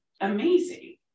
amazing